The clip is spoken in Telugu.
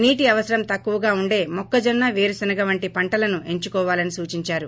నీటి అవసరం తక్కువగా వుండే మొక్కజొన్స వేరుసెనగ వంటి పంటలను ఎంచుకోవాలని సూచించారు